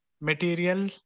material